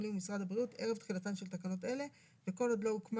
החולים למשרד הבריאות ערב תחילתן של תקנות אלה וכל עוד לא הוקמה